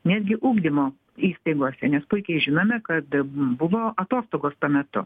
netgi ugdymo įstaigose nes puikiai žinome kad buvo atostogos tuo metu